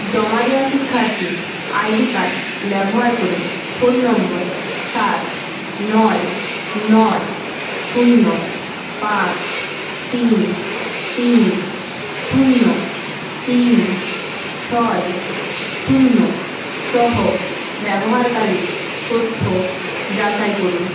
জমা দেওয়া শিক্ষার্থীর আইডি কার্ড ব্যবহার করে ফোন নম্বর সাত নয় নয় শূন্য পাঁচ তিন তিন শূন্য তিন ছয় শূন্য সহ ব্যবহারকারীর তথ্য যাচাই করুন